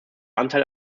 anteil